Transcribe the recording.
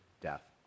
death